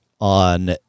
on